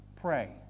pray